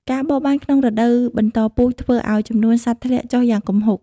ការបរបាញ់ក្នុងរដូវបន្តពូជធ្វើឱ្យចំនួនសត្វធ្លាក់ចុះយ៉ាងគំហុក។